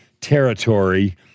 territory